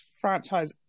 franchise